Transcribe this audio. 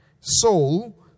soul